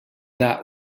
that